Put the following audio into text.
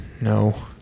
No